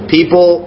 People